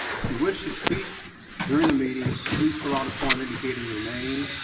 if you wish to speak during the meeting, please fill out a form indicating your name,